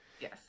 Yes